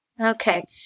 Okay